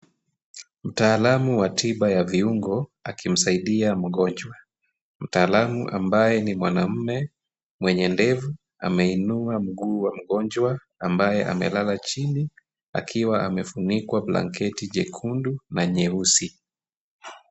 Mtaalamu wa tiba ya viungo akimsaidiia mgonjwa. Mtaalamu ambaye ni mwanaume mwenye ndevu, ameinua mguu wa mgonjwa ambaye amelala chini, akiwa amefunikwa blanketi jekundu na nyeusi.